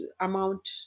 amount